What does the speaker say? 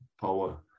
power